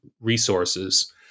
resources